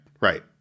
right